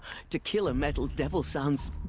to kill a metal devil sounds.